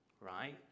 right